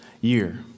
year